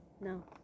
No